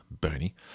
Bernie